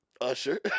Usher